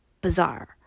bizarre